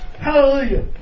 hallelujah